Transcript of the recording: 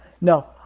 no